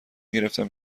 گرفتم